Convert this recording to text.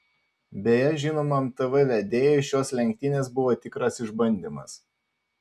beje žinomam tv vedėjui šios lenktynės buvo tikras išbandymas